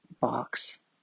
box